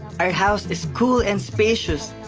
our house is cool and spacious.